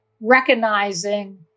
recognizing